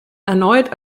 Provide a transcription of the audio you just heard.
erneut